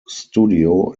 studio